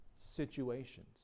situations